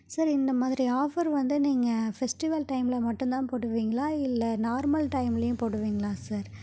sir இந்த மாதிரி offer வந்து நீங்கள் ஃபெஸ்ட்டிவல் டைமில் மட்டுந்தான் போடுவீங்களா இல்லை நார்மல் டைம்லேயும் போடுவீங்ளா சார்